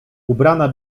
ubrana